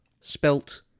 spelt